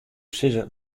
sizze